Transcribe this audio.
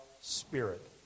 spirit